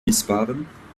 wiesbaden